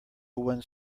one